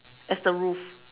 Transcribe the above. as the roof